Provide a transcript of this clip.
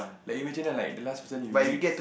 like imagine the like the last person you eat